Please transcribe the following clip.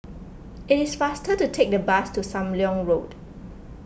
it is faster to take the bus to Sam Leong Road